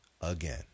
again